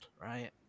right